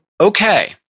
okay